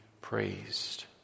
praised